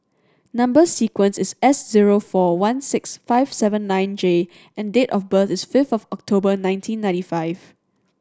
number sequence is S zero four one six five seven nine J and date of birth is fifth of October nineteen ninety five